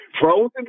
Frozen